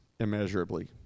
immeasurably